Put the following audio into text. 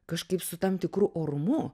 kažkaip su tam tikru orumu